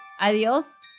Adios